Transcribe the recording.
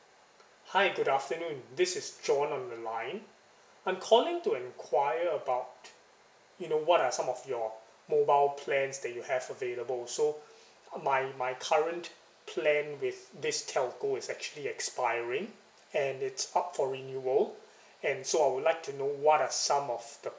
hi good afternoon this is john on the line I'm calling to enquire about you know what are some of your mobile plans that you have available so my my current plan with this telco is actually expiring and it's up for renewal and so I would like to know what are some of the